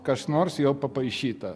kas nors jau papaišyta